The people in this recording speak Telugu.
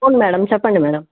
అవును మేడం చెప్పండీ మేడం